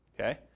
Okay